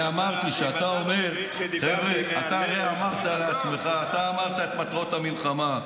אתה אמרת לעצמך את מטרות המלחמה?